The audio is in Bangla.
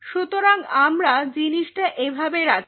সুতরাং আমরা জিনিসটা এভাবে রাখি